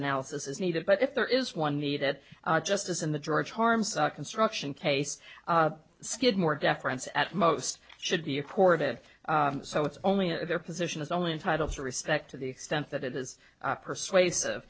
analysis is needed but if there is one need that justice in the george harms construction case skidmore deference at most should be a court of it so it's only their position is only entitled to respect to the extent that it is persuasive